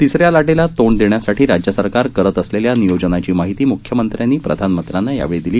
तिसऱ्या लाटेला तोंड देण्यासाठी राज्य सरकार करत असलेल्या नियोजनाची माहिती मुख्यमंत्र्यांनी प्रधानमंत्र्यांना यावेळी दिली